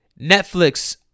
netflix